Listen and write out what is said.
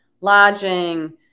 lodging